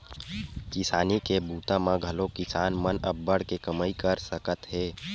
किसानी के बूता म घलोक किसान मन अब्बड़ के कमई कर सकत हे